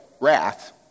wrath